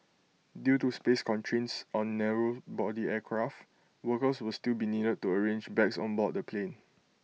due to space constraints on narrow body aircraft workers will still be needed to arrange bags on board the plane